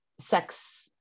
sex